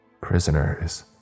Prisoners